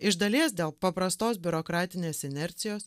iš dalies dėl paprastos biurokratinės inercijos